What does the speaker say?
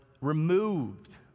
removed